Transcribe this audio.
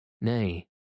Nay